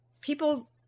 people